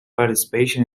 participation